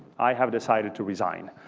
i have decided to resign.